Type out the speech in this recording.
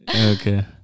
Okay